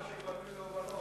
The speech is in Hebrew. תורן שפנוי להובלות.